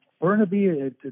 Burnaby